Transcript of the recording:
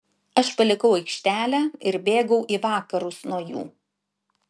aš palikau aikštelę ir bėgau į vakarus nuo jų